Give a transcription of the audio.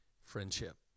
friendship